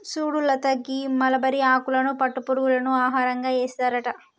సుడు లత గీ మలబరి ఆకులను పట్టు పురుగులకు ఆహారంగా ఏస్తారట